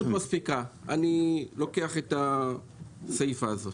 אין תחרות מספיקה, אני לוקח את הסיפה הזאת.